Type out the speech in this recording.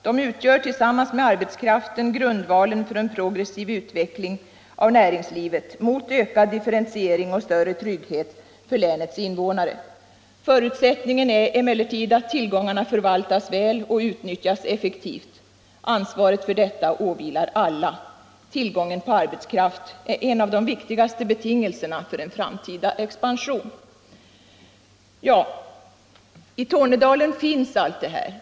De utgör tillsammans med arbetskraften grundvalen för en progressiv utveckling av näringslivet mot ökad differentiering och större trygghet för länets invånare. Förutsättningen är emellertid att tillgångarna förvaltas väl och utnyttjas effektivt. Ansvaret för detta åvilar alla. Tillgången på arbetskraft är en av de viktigaste betingelserna för en framtida expansion.” I Tornedalen finns allt det här.